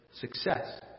Success